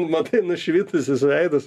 matai nušvitusius veidus